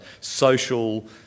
social